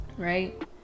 Right